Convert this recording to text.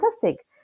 fantastic